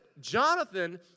Jonathan